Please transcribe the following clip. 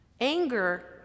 Anger